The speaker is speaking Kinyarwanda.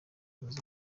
zunze